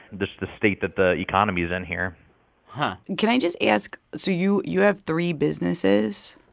just the state that the economy is in here can i just ask so you you have three businesses.